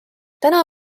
täna